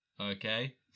Okay